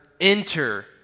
enter